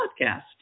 podcast